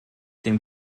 dem